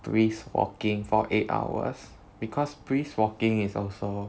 brisk walking for eight hours because brisk walking is also